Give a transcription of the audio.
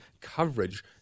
coverage